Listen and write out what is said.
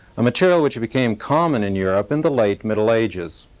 a material which became common in europe in the late middle ages.